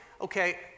okay